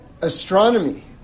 Astronomy